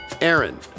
Aaron